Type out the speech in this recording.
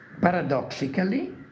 Paradoxically